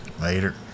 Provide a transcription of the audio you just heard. later